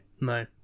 no